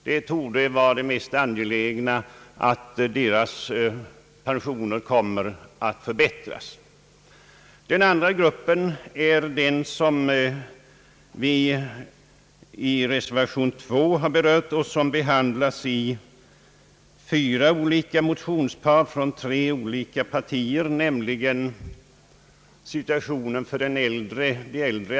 Det mest angelägna på detta område torde därför vara att deras pensioner höjes. Dels gäller det den grupp, som vi har berört i reservation II och som behandlas i fyra olika motionspar från tre partier, nämligen de äldre arbetslösa.